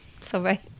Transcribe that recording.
Sorry